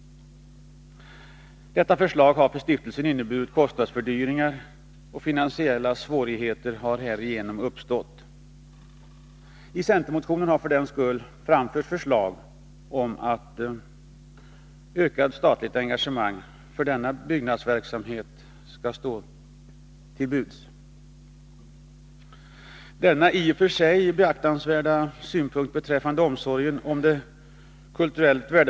Detta förslag innebär för stiftelsen kostnadsfördyringar, och finansieringssvårigheter har härigenom uppstått. Centern har för den skull i motionen framfört förslag om ett ökat statligt stöd för den nu nämnda byggnaden. Synpunkten beträffande omsorgen om det kulturellt värdefulla byggnadsbeståndet på Flyinge är i och för sig beaktansvärd.